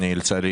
לצערי,